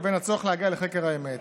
לבין הצורך להגיע לחקר האמת.